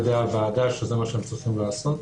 ידי הוועדה שזה מה שהם צריכים לעשות.